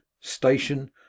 station